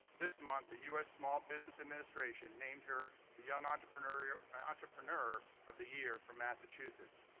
this month, the us small business administration named her the young entrepreneur yeah entrepreneur of the year from massachusetts.